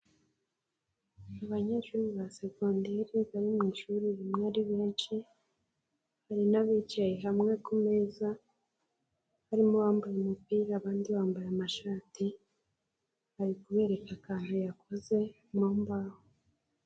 Abanyeshuri ba secondaire bari mu ishuri rimwe ari benshi, hari n'abicaye hamwe ku meza, harimo uwambaye umupira abandi bambaye amashati, ari kubereka akantu yakoze mu mbaho.